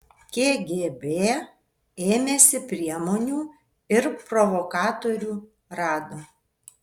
kgb ėmėsi priemonių ir provokatorių rado